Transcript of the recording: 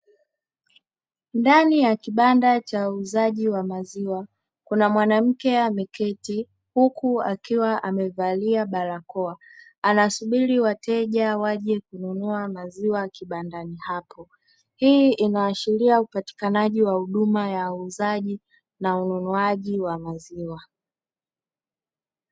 Ndani ya kibanda cha uuzaji wa maziwa, kuna mwanamke ameketi huku akiwa amevalia barakoa, anasubiri wateja wake kununua maziwa kibandani hapo. Hii inaashiria upatikanaji wa huduma ya uuzaji na ununuaji wa maziwa.